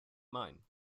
mine